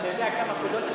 אתה יודע כמה קולות אתה